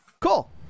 Cool